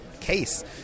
case